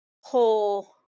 whole